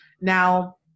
Now